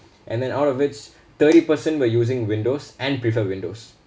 and then out of its thirty percent were using windows and prefer windows